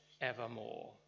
evermore